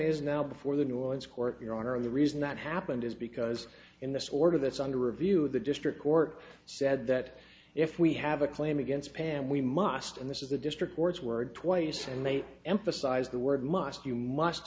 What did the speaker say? is now before the new orleans court your honor the reason that happened is because in this order that's under review the district court said that if we have a claim against pam we must and this is the district court's word twice and they emphasize the word must you must